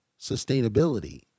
sustainability